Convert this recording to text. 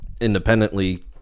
independently